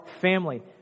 family